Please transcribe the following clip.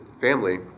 family